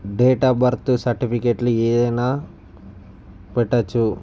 date of birth certificate ఏదైనాపెట్టవచ్చు